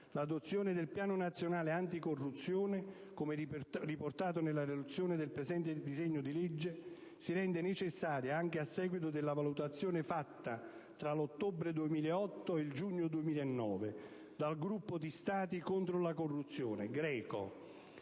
L'adozione del Piano nazionale anticorruzione, come riportato nella relazione del presente disegno di legge, si rende necessaria anche a seguito della valutazione fatta, tra l'ottobre 2008 e il giugno 2009, dal Gruppo di Stati contro la corruzione